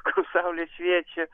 saulė šviečia